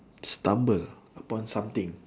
stumble upon something